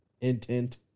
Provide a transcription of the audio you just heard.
intent